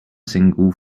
single